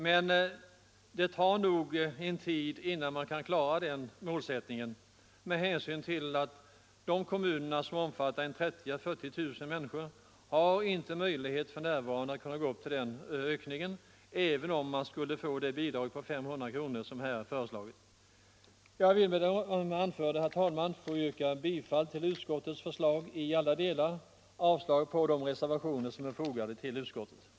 Men det tar nog tid innan man kan klara den målsättning, med hänsyn till att kommuner som omfattar 30 000 å 40 000 människor inte för närvarande har möjlighet att nå upp till den ökningen, även om de skulle få det bidrag på 500 kronor som här föreslagits. Herr talman! Jag vill med det anförda yrka bifall till utskottets hemställan i alla delar och avslag på de reservationer som är fogade vid utskottsbetänkandet.